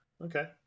okay